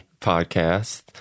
podcast